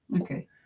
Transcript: Okay